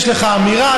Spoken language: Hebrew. יש לך אמירה,